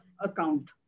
account